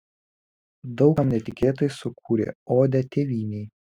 daug kam netikėtai sukūrė odę tėvynei